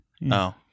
No